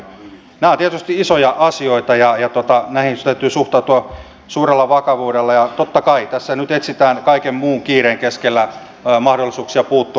nämä ovat tietysti isoja asioita ja näihin täytyy suhtautua suurella vakavuudella ja totta kai tässä nyt etsitään kaiken muun kiireen keskellä mahdollisuuksia puuttua myös näihin ongelmiin